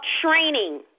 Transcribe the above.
training